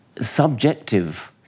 subjective